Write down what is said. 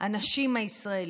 הנשים הישראליות.